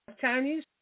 Chinese